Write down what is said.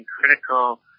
critical